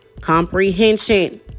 Comprehension